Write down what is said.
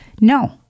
No